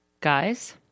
Guys